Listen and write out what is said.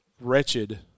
wretched